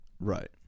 Right